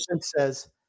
says